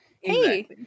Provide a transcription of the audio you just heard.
hey